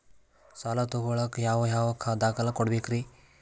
ಸಾಲ ತೊಗೋಳಾಕ್ ಯಾವ ಯಾವ ದಾಖಲೆ ಕೊಡಬೇಕ್ರಿ?